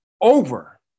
over